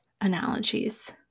analogies